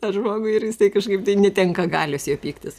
tą žmogų ir jisai kažkaip tai netenka galios jo pyktis